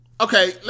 Okay